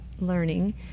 learning